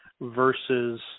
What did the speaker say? versus